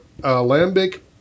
lambic